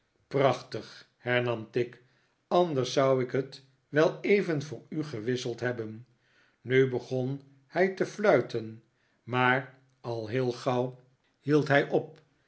prachtig hernam tigg anders zou ik het wel even voor u gewisseld hebben nu begon hij te fluiten maar al heel gauw in staat van beleg hield hij op